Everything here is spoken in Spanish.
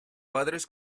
padres